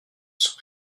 son